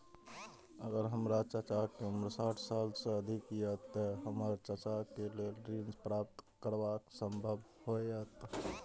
अगर हमर चाचा के उम्र साठ साल से अधिक या ते हमर चाचा के लेल ऋण प्राप्त करब संभव होएत?